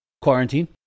quarantine